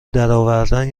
درآوردن